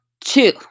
two